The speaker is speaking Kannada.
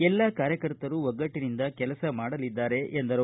ಎಲ್ಲಾ ಕಾರ್ಯಕರ್ತರು ಒಗ್ಗಟ್ಟಿನಿಂದ ಕೆಲಸ ಮಾಡಲಿದ್ದಾರೆ ಎಂದರು